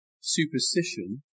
superstition